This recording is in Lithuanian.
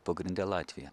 pagrinde latvija